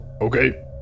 okay